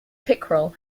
pickerel